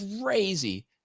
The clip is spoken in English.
crazy